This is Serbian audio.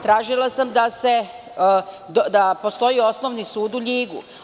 Tražila sam da postoji osnovni sud u Ljigu.